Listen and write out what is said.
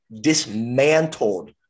dismantled